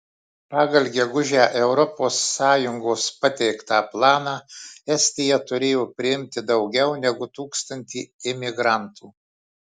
pagal gegužę europos sąjungos pateiktą planą estija turėjo priimti daugiau negu tūkstantį imigrantų